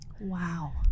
Wow